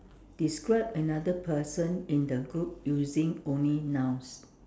describe another person in the group using only nouns